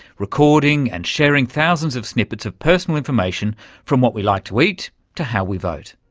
recording and sharing thousands of snippets of personal information from what we like to eat, to how we vote.